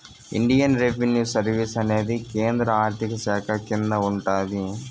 Indian revenue service అనేది కేంద్ర ఆర్థిక శాఖ కింద ఉంటాది